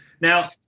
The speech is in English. Now